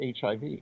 HIV